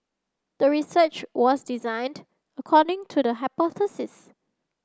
the research was designed according to the hypothesis